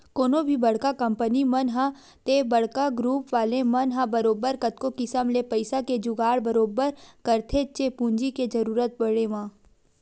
कोनो भी बड़का कंपनी मन ह ते बड़का गुरूप वाले मन ह बरोबर कतको किसम ले पइसा के जुगाड़ बरोबर करथेच्चे पूंजी के जरुरत पड़े म